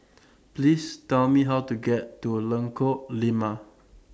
Please Tell Me How to get to Lengkok Lima